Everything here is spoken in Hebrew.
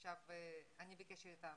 עוד פעם, אני מבינה מה שאת אומרת.